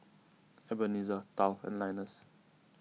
Ebenezer Tal and Linus